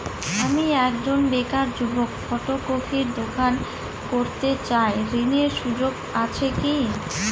আমি একজন বেকার যুবক ফটোকপির দোকান করতে চাই ঋণের সুযোগ আছে কি?